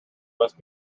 must